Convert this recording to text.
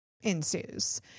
ensues